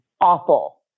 awful